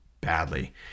badly